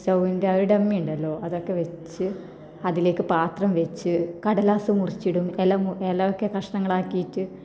സ്ടവ്വിന്റെ ആ ഒരു ഡമ്മിയുണ്ടല്ലോ അതൊക്കെ വെച്ച് അതിലേക്ക് പാത്രം വെച്ച് കടലാസ്സ് മുറിച്ചിടും ഇല മു ഇലയൊക്കെ കഷ്ണങ്ങളാക്കിയിട്ട്